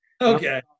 Okay